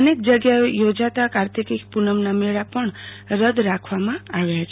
અનેક જગ્યાએ યોજાતા કાર્તિક પૂનમ મેળો પણ રદ રાખવામાં આવ્યા છે